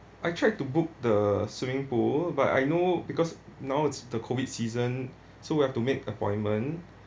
I tried to book the swimming pool but I know because now it's the COVID season so I have to make appointment